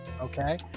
okay